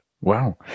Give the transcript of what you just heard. Wow